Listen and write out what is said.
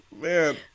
Man